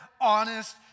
honest